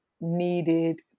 needed